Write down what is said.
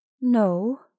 No